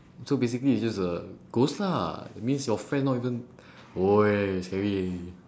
so basically it's just a ghost lah that means your friend not even !oi! scary leh